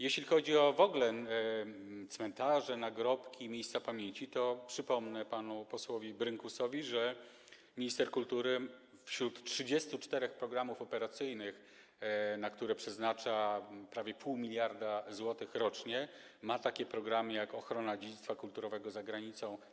Jeśli chodzi w ogóle o cmentarze, nagrobki, miejsca pamięci, to przypomnę panu posłowi Brynkusowi, że minister kultury wśród 34 programów operacyjnych, na które przeznacza prawie 0,5 mld zł rocznie, ma takie programy jak „Ochrona dziedzictwa kulturowego za granicą”